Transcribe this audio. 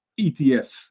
ETF